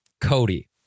Cody